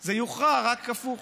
זה יוכרע, רק הפוך.